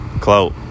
Clout